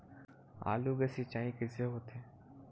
आलू के सिंचाई कइसे होथे?